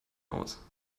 aus